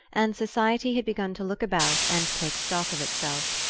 and society had begun to look about and take stock of itself.